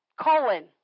colon